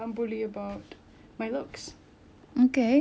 ya and that's why secondary school was the toughest